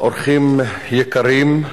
אורחים יקרים,